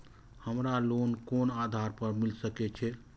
हमरा लोन कोन आधार पर मिल सके छे?